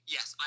Yes